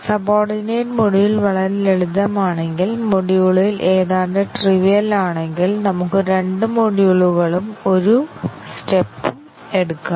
subordinate module വളരെ ലളിതമാണെങ്കിൽ മൊഡ്യൂളിൽ ഏതാണ്ട് ട്രിവിയൽ ആണെങ്കിൽ നമുക്ക് രണ്ട് മൊഡ്യൂളുകളും ഒരു സ്റ്റെപ്പും എടുക്കാം